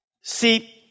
See